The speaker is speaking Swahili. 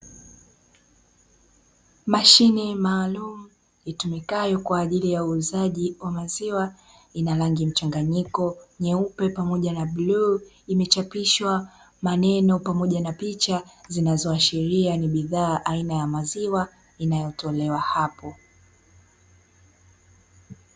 Mashine maalumu itumikayo kwa ajili ya uuzaji wa maziwa, ina rangi mchanganyiko nyeupe pamoja na bluu, imechapishwa maneno pamoja na picha, inayoashiria ni bidhaa aina ya maziwa inayotolewa hapo.